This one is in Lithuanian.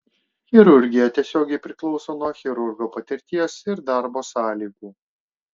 chirurgija tiesiogiai priklauso nuo chirurgo patirties ir darbo sąlygų